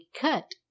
cut